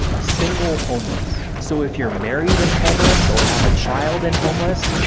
single homeless. so if you're married and homeless or have a child and homeless,